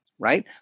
Right